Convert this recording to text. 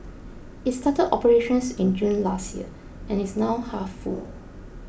it started operations in June last year and is now half full